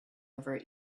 over